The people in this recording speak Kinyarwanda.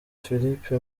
philippe